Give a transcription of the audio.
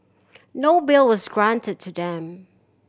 no bail was granted to them